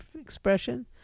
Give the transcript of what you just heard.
expression